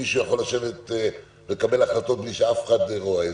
מישהו יכול לשבת ולקבל החלטות בלי שאף אחד רואה.